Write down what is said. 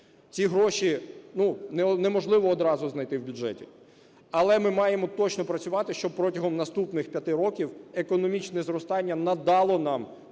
Ці гроші неможливо одразу знайти в бюджеті, але ми маємо точно працювати, щоб протягом наступних п'яти років економічне зростання надало нам